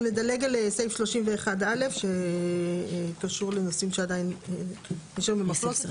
אנחנו נדלג על סעיף 31א שקשור לנושאים שעדיין נשארים במחלוקת.